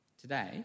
Today